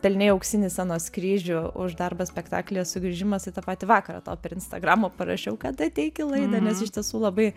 pelnei auksinį scenos kryžių už darbą spektaklyje sugrįžimas į tą patį vakarą tau per instagramą parašiau kad ateik į laidą nes iš tiesų labai